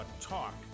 Talk